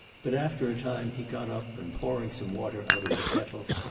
but after a time he got up and pouring some water out of the kettle,